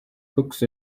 books